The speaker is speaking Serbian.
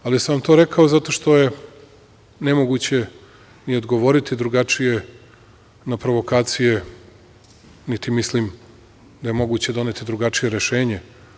Ali sam to rekao, zato što je nemoguće ni odgovoriti drugačije na provokacije, niti mislim da je moguće doneti drugačije rešenje.